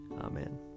Amen